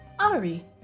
Ari